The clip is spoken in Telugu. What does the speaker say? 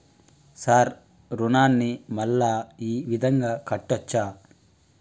సార్ రుణాన్ని మళ్ళా ఈ విధంగా కట్టచ్చా?